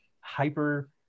hyper